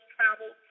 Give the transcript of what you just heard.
Travel